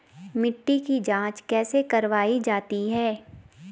मिट्टी की जाँच कैसे करवायी जाती है?